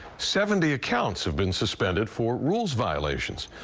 seventy accounts have been suspended for rules violations.